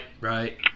right